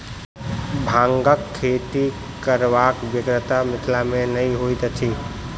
भांगक खेती करबाक बेगरता मिथिला मे नै होइत अछि